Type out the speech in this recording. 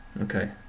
Okay